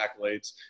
accolades